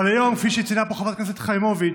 אבל היום, כפי שציינה פה חברת הכנסת חיימוביץ',